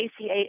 ACA